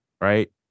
Right